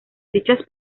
dichas